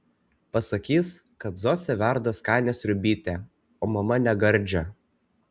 pasakys kad zosė verda skanią sriubytę o mama negardžią